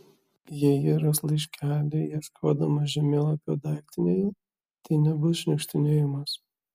jei ji ras laiškelį ieškodama žemėlapio daiktinėje tai nebus šniukštinėjimas